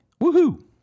Woohoo